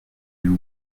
you